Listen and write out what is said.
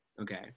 okay